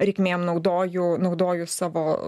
reikmėm naudoju naudoju savo